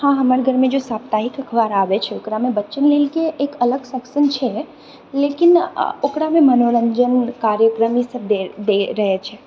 हाँ हमर घरमे जे साप्ताहिक अखबार आबैत छै ओकरामे बच्चाके लिए एक अलग सेक्शन छै लेकिन अऽ ओकरामे मनोरञ्जन कार्यक्रम ईसभ दिअ दिअ रहैत छै